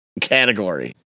category